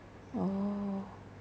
oh